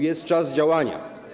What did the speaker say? Jest czas działania.